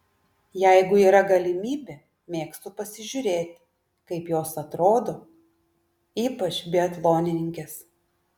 jeigu yra galimybė mėgstu pasižiūrėti kaip jos atrodo ypač biatlonininkės